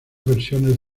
versiones